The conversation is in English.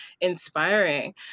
inspiring